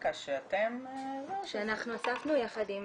סטטיסטיקה שאתם --- שאנחנו אספנו יחד עם